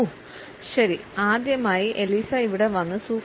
who